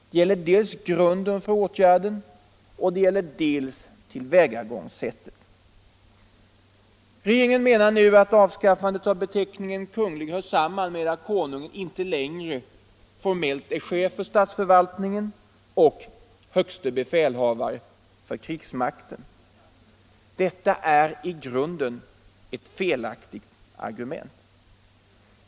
Det gäller dels grunden för åtgärden, dels tillvägagångsättet. Regeringen menar nu att avskaffandet av beteckningen Kunglig hör samman med att konungen inte längre formellt är chef för statsförvaltningen och högste befälhavare för krigsmakten. Detta är i grunden ett felaktigt argument.